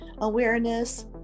awareness